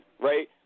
right